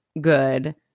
good